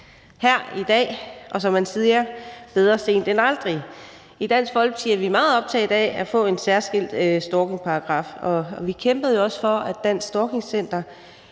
efter i dag, og som man siger: Bedre sent end aldrig. I Dansk Folkeparti er vi meget optaget af at få en særskilt stalkingparagraf, og vi kæmpede jo også for, at Dansk Stalking Center